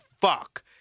fuck